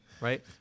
right